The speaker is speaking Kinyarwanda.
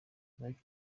life